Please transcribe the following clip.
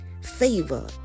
Favor